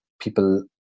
people